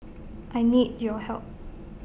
I need your help